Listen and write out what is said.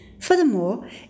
Furthermore